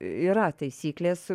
yra taisyklės